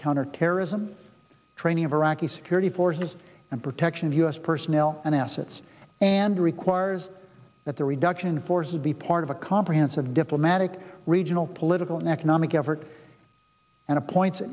counterterrorism training of iraqi security forces and protection of u s personnel and assets and requires that the reduction in force would be part of a comprehensive diplomatic regional political and economic effort and appoints